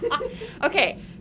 Okay